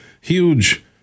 huge